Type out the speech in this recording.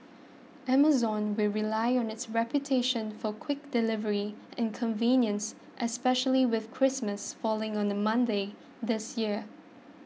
Amazon will rely on its reputation for quick delivery and convenience especially with Christmas falling on a Monday this year